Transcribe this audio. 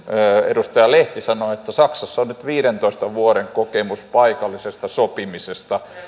edustaja lehti sanoi että saksassa on viidentoista vuoden kokemus paikallisesta sopimisesta